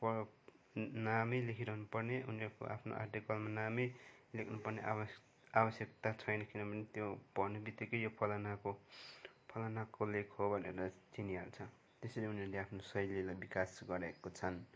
पर नामै लेखिरहनु पर्ने उनीहरूको आफ्नो आर्टिकलमा नामै लेख्न लेख्नुपर्ने आवश आवश्यकता छैन किनभने त्यो पढ्नु बितिक्कै यो फलानोको हो फलानोको लेख हो भनेर चिनिहाल्छ त्यसरी उनीहरूले आफ्नो शैलीलाी विकास गरेको छन्